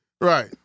right